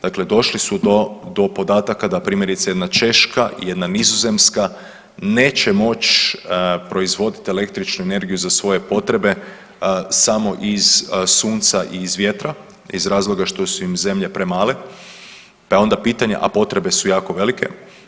Dakle, došli su do podataka da primjerice jedna Češka, jedna Nizozemska neće moći proizvoditi električnu energiju za svoje potrebe samo iz sunca i iz vjetra iz razloga što su im zemlje premale, pa je onda pitanje, a potrebe su jako velike.